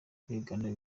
ibiganiro